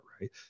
right